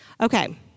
Okay